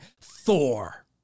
Thor